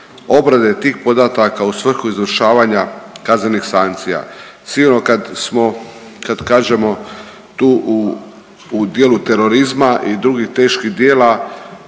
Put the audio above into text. obrade tih podataka u svrhu izvršavanja kaznenih sankcija. Sigurno kad kažemo tu u dijelu terorizma i drugih teških djela